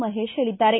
ಮಹೇಶ್ ಹೇಳಿದ್ದಾರೆ